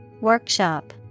Workshop